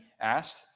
asked